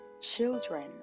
children